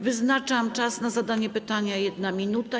Wyznaczam czas na zadanie pytania na 1 minutę.